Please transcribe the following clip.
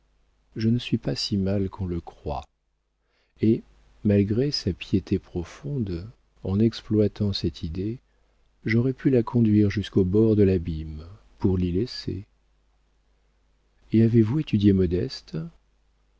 je ne suis pas si mal qu'on le croit et malgré sa piété profonde en exploitant cette idée j'aurais pu la conduire jusqu'au bord de l'abîme pour l'y laisser et avez-vous étudié modeste